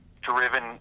driven